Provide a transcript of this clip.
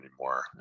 anymore